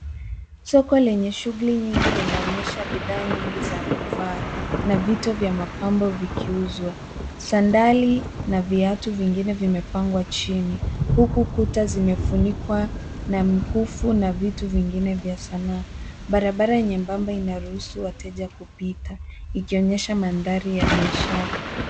Soko lenye shughuli nyingi linaonesha bidhaa nyingi za kuvaa na vito vya mapambo vikiuzwa. Sandali na viatu vingine vimepangwa chini huku kuta zimefunikwa na mkufu na vitu vingine vya sanaa. Barabara nyembamba inaruhusu wateja kupita ikionyesha mandhari ya biashara.